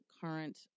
current